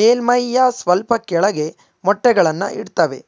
ಮೇಲ್ಮೈಯ ಸ್ವಲ್ಪ ಕೆಳಗೆ ಮೊಟ್ಟೆಗಳನ್ನು ಇಡ್ತವೆ